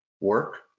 work